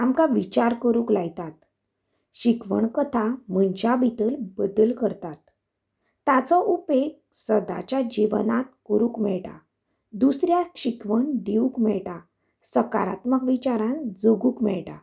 आमकां विचार करूंक लायतात शिकवण कथा मनशां भितर बदल करतात ताचो उपेग सदाच्या जिवनात करूंक मेळटा दुसऱ्याक शिकवण दिवूंक मेळटा सकारात्मक विचारान जगूंक मेळटा